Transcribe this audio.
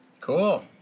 cool